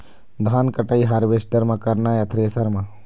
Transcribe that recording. धान कटाई हारवेस्टर म करना ये या थ्रेसर म?